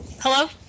Hello